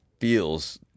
feels